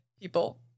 people